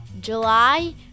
July